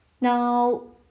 Now